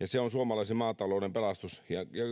ja se on suomalaisen maatalouden pelastus